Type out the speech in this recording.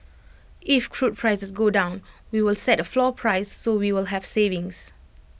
if crude prices go down we will set A floor price so we will have savings